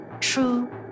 True